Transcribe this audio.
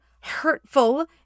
hurtful